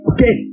Okay